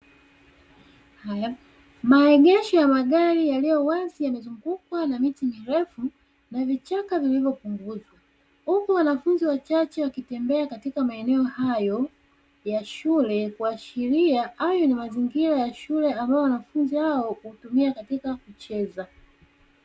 Maegesho ya magari yaliyo wazi yamezungukwa na miti mirefu na vichaka vilivyopunguzwa, huku wanafunzi wachache wakitembea katika maeneo hayo ya shule, kuashiria hayo ni mazingira ya shule ambayo wanafunzi hao hutumia katika kucheza.